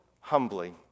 humbly